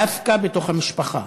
דווקא בתוך המשפחה.